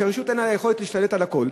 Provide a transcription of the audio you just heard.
כשהרשות אין לה יכולת להשתלט על הכול.